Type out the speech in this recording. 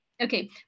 Okay